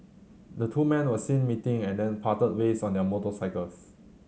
the two men were seen meeting and then parted ways on their motorcycles